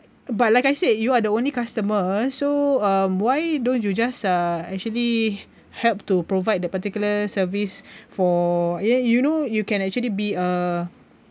but like I said you are the only customers so um why don't you just uh actually help to provide the particular service for you know you can actually be a